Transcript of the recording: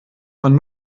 man